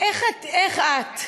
איך את,